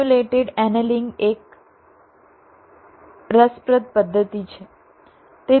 simulated annealing એ એક રસપ્રદ પદ્ધતિ છે